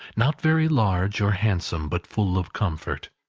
not very large or handsome, but full of comfort.